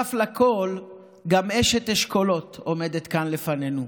נוסף על כול גם אשת אשכולות עומדת כאן לפנינו: